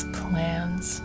plans